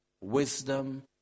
wisdom